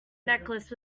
necklace